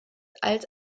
als